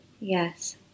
yes